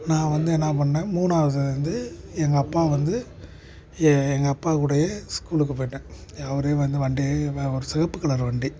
நான் வந்து என்ன பண்ணிணேன் மூணாவது வந்து எங்கள் அப்பா வந்து ஏ எங்கள் அப்பாகூடயே ஸ்கூலுக்குப் போய்விட்டேன் அவரே வந்து வண்டி ஒரு சிவப்பு கலரு வண்டி